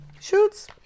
shoots